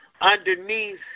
Underneath